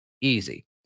easy